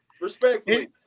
Respectfully